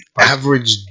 Average